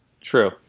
True